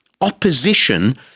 opposition